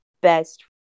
best